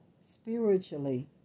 spiritually